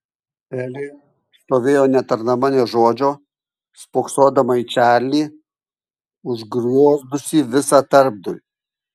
elė stovėjo netardama nė žodžio spoksodama į čarlį užgriozdusį visą tarpdurį